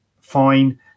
fine